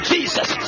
Jesus